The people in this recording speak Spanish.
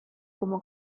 como